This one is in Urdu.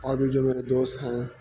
اور بھی جو میرے دوست ہیں